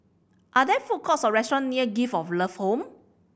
are there food courts or restaurant near Gift of Love Home